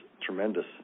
tremendous